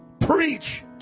Preach